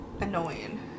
annoying